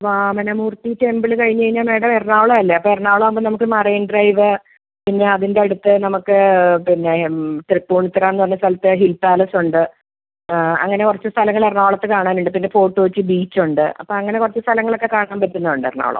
Vamana Moorthy temple കഴിഞ്ഞ് കഴിഞ്ഞാൽ madam Ernakulam അല്ലേ അപ്പം എറണാകുളം ആവുമ്പോൾ നമുക്ക് മറൈൻ ഡ്രൈവ് പിന്നെ അതിന്റെ അടുത്ത് നമുക്ക് പിന്നെ തൃപ്പൂണിത്തറ എന്ന് പറഞ്ഞ സ്ഥലത്ത് ഹിൽ പാലസ് ഉണ്ട് അങ്ങനെ കുറച്ച് സ്ഥലങ്ങൾ എറണാകുളത്ത് കാണാനുണ്ട് പിന്നെ ഫോർട്ട് കൊച്ചി ബീച്ച് ഉണ്ട് അപ്പോൾ അങ്ങനെ കുറച്ച് സ്ഥലങ്ങളൊക്കെ കാണാൻ പറ്റുന്നത് ഉണ്ട് എറണാകുളം